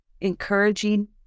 encouraging